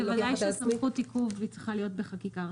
בוודאי שסמכות עיכוב צריכה להיות בחקיקה ראשית.